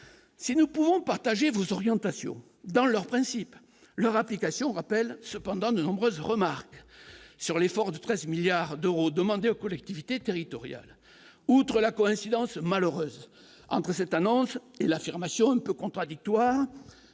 si nous pouvons partager vos orientations dans leur principe, leur application rappelle cependant de nombreuses remarques sur l'effort de 13 milliards d'euros demandés aux collectivités territoriales, outre la coïncidence malheureuse entre cette annonce et l'affirmation un peu contradictoires